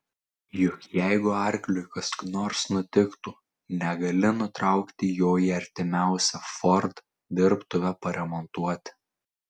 juk jeigu arkliui kas nors nutiktų negali nutraukti jo į artimiausią ford dirbtuvę paremontuoti